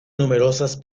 numerosas